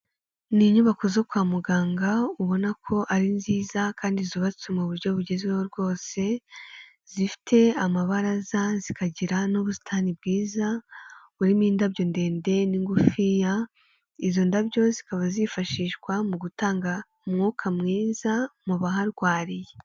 Ni inyubako zo kwa muganga ubona ko ari nziza kandi zubatswe mu buryo bugezweho rwose, zifite amabaraza zikagira n'ubusitani bwiza burimo indabyo ndende n'ingufiya, izo ndabyo zikaba zifashishwa mu gutanga umwuka mwiza mu baharwariye.